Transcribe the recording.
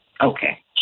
Okay